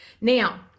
Now